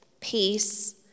peace